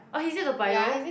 oh he stay Toa-Payoh